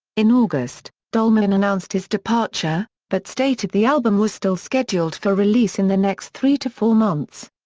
in august, dolmayan announced his departure, but stated the album was still scheduled for release in the next three to four months.